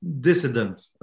dissident